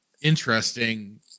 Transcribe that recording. interesting